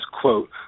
quote